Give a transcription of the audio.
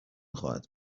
خواهد